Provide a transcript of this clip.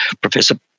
Professor